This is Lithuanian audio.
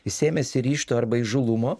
jis ėmėsi ryžto arba įžūlumo